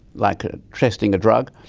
like ah testing a drug.